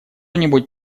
нибудь